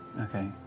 Okay